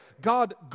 God